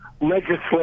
legislation